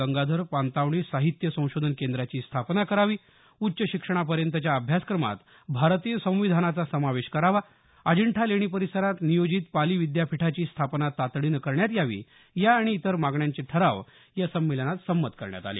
गंगाधर पानतावणे साहित्य संशोधन केंद्राची स्थापना करावी उच्च शिक्षणापर्यंतच्या अभ्यासक्रमात भारतीय संविधानाचा समावेश करावा अजिंठा लेणी परिसरात नियोजित पाली विद्यापीठाची स्थापना तातडीनं करण्यात यावी या आणि इतर मागण्यांचे ठराव या संमेलनात संमत करण्यात आले